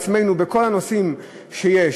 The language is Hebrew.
על עצמנו בכל הנושאים שיש.